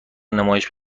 نمایش